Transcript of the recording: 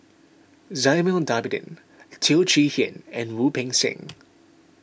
Zainal Abidin Teo Chee Hean and Wu Peng Seng